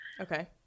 Okay